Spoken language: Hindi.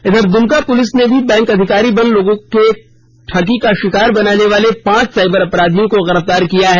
इधर दुमका पुलिस ने भी बैंक अधिकारी बन लोगों को ठगी का शिकार बनाने वाले पांच साइबर अपराधियों को गिरफ्तार किया है